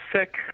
sick